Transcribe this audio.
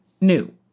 new